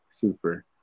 Super